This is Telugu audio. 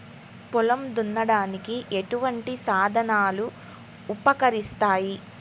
పొలం దున్నడానికి ఎటువంటి సాధనాలు ఉపకరిస్తాయి?